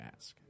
ask